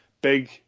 big